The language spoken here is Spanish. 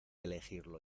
elegirlo